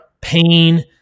pain